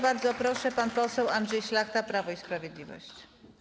Bardzo proszę, pan poseł Andrzej Szlachta, Prawo i Sprawiedliwość.